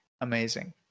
amazing